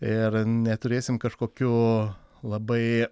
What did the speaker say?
ir neturėsim kažkokių labai